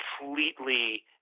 completely –